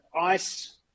ice